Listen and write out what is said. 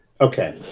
Okay